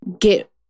get